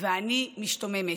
ואני משתוממת: